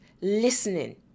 listening